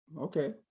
okay